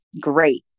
great